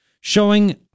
showing